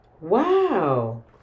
Wow